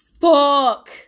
fuck